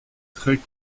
très